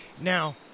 Now